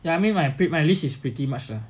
ya I mean my lease is pretty much lah